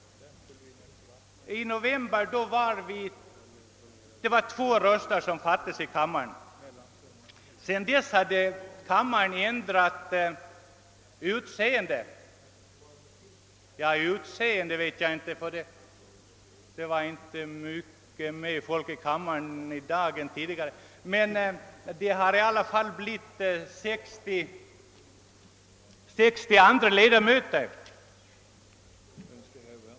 I november fattades två röster i kammaren. Sedan dess har kammaren ändrat utseende — ja, utseende är kanske inte rätta ordet, ty det är inte mycket mer folk i kammaren i dag än tidigare, men det har i alla fall blivit 60 andra ledamöter.